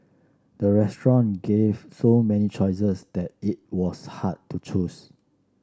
the restaurant gave so many choices that it was hard to choose